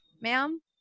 ma'am